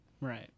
Right